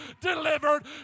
delivered